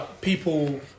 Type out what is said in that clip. people